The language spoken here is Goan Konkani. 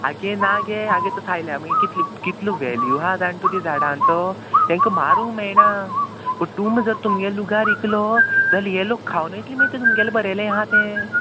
आगे ना गे आगे तो सायल्या मागीर कितलो कितलो वेल्यू आहा जाण तूं ती झाडांचो तांकां मारूंक मेळना पूण तूम जर तुमगे लुगार इकलो जाल्यार हे लोक खावन वयतली मागीर ते तुमगेले बरयले आहा तें